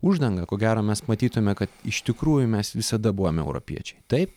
uždanga ko gero mes matytume kad iš tikrųjų mes visada buvom europiečiai taip